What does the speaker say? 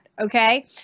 okay